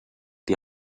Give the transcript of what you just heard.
die